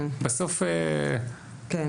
כן,